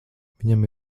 viņam